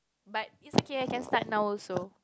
but it can can start now also